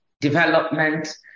development